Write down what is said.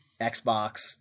xbox